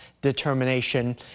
determination